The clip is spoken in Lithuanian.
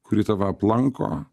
kuri tave aplanko